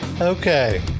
Okay